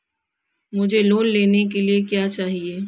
मुझे लोन लेने के लिए क्या चाहिए?